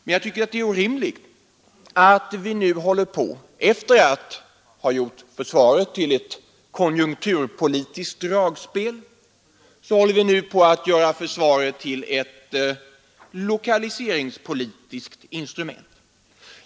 Men jag tycker att det är orimligt, att vi — efter att ha gjort försvaret till ett konjunkturpolitiskt dragspel — håller på att göra försvaret till ett lokaliseringspolitiskt instrument.